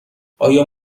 آیا